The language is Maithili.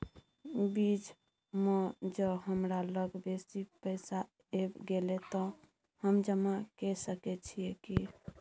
बीच म ज हमरा लग बेसी पैसा ऐब गेले त हम जमा के सके छिए की?